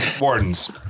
Wardens